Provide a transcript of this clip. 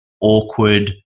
awkward